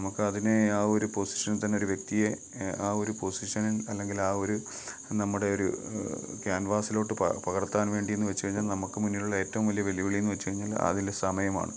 നമുക്കതിനെ ആ ഒരു പൊസിഷനിൽ തന്നെ ഒരു വ്യക്തിയെ ആ ഒരു പൊസിഷനിൽ അല്ലങ്കിൽ ആ ഒരു നമ്മുടെ ഒരു ക്യാൻവാസിലോട്ട് പ പകർത്താൻ വേണ്ടിയെന്ന് വച്ച് കഴിഞ്ഞാൽ നമുക്ക് മുന്നിലുള്ള ഏറ്റവും വലിയ വെല്ലുവിളി എന്ന് വച്ച് കഴിഞ്ഞാൽ അതിലെ സമയമാണ്